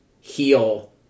heal